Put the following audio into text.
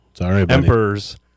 Emperors